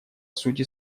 сути